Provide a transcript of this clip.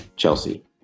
Chelsea